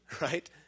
right